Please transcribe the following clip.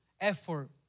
effort